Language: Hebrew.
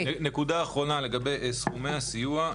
נקודה אחרונה היא לגבי סכומי הסיוע.